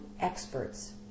experts